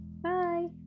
bye